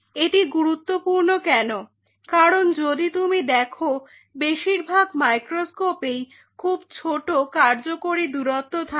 এটি গুরুত্বপূর্ণ কেন কারণ যদি তুমি দেখো বেশিরভাগ মাইক্রোস্কোপেই খুব ছোট কার্যকারী দূরত্ব থাকে